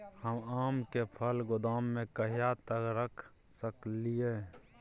हम आम के फल गोदाम में कहिया तक रख सकलियै?